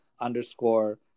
underscore